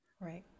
Right